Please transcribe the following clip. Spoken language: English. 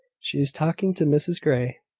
she is talking to mrs grey.